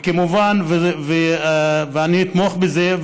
וכמובן שאני אתמוך בזה,